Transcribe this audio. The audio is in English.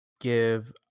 give